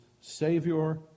Savior